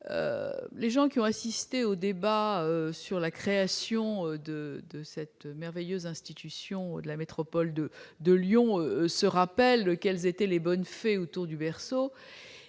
ceux qui ont assisté au débat sur la création de cette merveilleuse institution qu'est la métropole de Lyon se rappellent quelles étaient les bonnes fées autour du berceau.